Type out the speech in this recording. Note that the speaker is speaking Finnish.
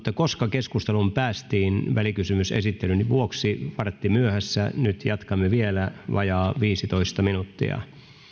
koska keskusteluun päästiin välikysymysesittelyn vuoksi vartin myöhässä nyt jatkamme vielä vajaat viisitoista minuuttia